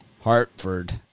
Hartford